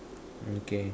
okay